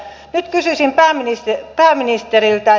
nyt kysyisin pääministeriltä